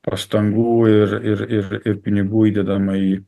pastangų ir ir ir ir pinigų įdedama į